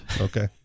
Okay